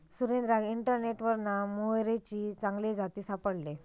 सुरेंद्राक इंटरनेटवरना मोहरीचे चांगले जाती सापडले